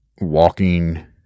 walking